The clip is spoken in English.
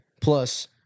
Plus